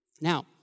Now